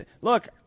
look